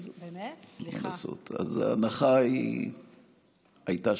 אז ההנחה הייתה